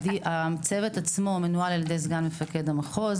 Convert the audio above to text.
הצוות עצמו מנוהל על ידי סגן מפקד המחוז,